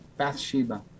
Bathsheba